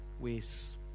ways